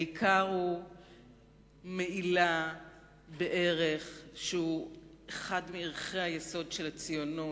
העיקר הוא מעילה בערך שהוא אחד מערכי היסוד של הציונות,